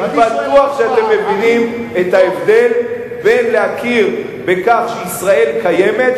אני בטוח שאתם מבינים את ההבדל בין להכיר בכך שישראל קיימת,